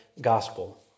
gospel